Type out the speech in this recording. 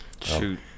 shoot